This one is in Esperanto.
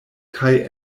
kaj